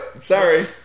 sorry